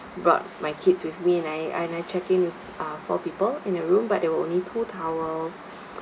brought my kids with me and I I checked in with uh four people in a room but there were only two towels